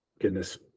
goodness